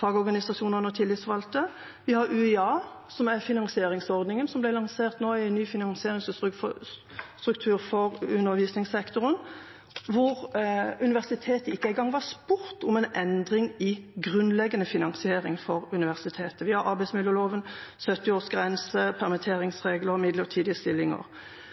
fagorganisasjonene og de tillitsvalgte. Vi har Universitetet i Agder – en finansieringsordning ble lansert som ny finansieringsstruktur for undervisningssektoren, men universitetet var ikke engang spurt om en endring i grunnleggende finansiering av universitetet. Vi har arbeidsmiljøloven, 70-årsgrense, permitteringsregler og midlertidige stillinger.